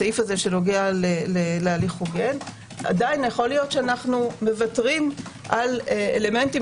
בסעיף שנוגע להליך הוגן עדיין יכול להיות שאנו מוותרים על אלמנטים